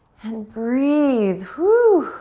and breathe. woo!